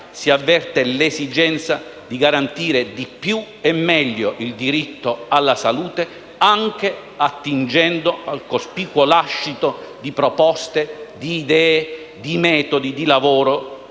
si avverte l'esigenza di garantire di più e meglio il diritto alla salute, anche attingendo al cospicuo lascito di proposte, di idee, e metodi di lavoro